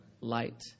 light